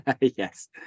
Yes